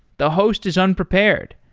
the host is unprepared.